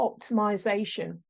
optimization